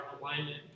alignment